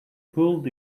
pulled